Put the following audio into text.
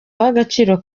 uw’agaciro